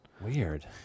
Weird